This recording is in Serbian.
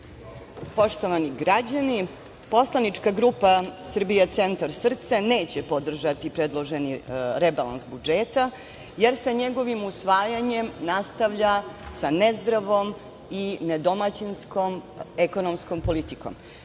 Poštovani građani, poslanička grupa „Srbija Centar SRCE“ neće podržati predloženi rebalans budžeta jer se njegovim usvajanjem nastavlja sa nezdravom i nedomaćinskom ekonomskom